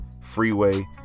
Freeway